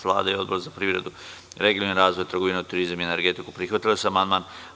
Vlada i Odbor za privredu, regionalni razvoj, trgovinu, turizam i energetiku prihvatili su amandman.